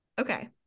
Okay